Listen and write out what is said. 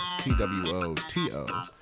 t-w-o-t-o